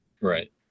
Right